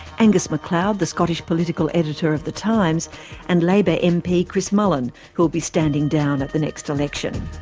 angus macleod, the scottish political editor of the times and labour mp chris mullin, who'll be standing down at the next election.